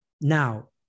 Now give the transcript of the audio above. Now